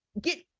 get